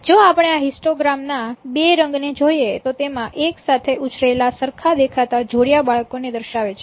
જો આપણે આ હિસ્ટોગ્રામ ના બે રંગ ને જોઈએ તો તેમાં એક સાથે ઉછરેલા સરખા દેખાતા જોડિયા બાળકો ને દર્શાવે છે